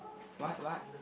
what what